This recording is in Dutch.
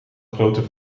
grote